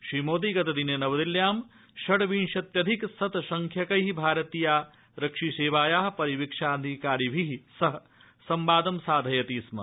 श्रीमोदी गतदिने नवदिल्ल्यां षड्विंशत्यधिक शत संख्यकै भारतीयारक्षिसेवाया परिवीक्षाधीनाधिकारिभि सह संवादं साधायति स्म